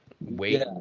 Wait